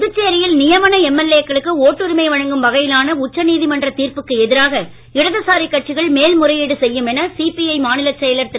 புதுச்சேரியில் நியமன எம்எல்ஏ க்களுக்கு ஓட்டுரிமை வழங்கும் வகையிலான உச்சநீதிமன்ற தீர்ப்புக்கு எதிராக இடதுசாரி கட்சிகள் மேல் முறையீடு செய்யும் என சிபிஜ மாநிலச் செயலர் திரு